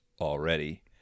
already